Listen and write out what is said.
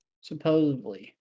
supposedly